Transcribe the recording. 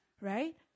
Right